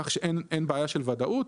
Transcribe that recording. כך שלא תהיה בעיה של וודאות.